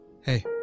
hey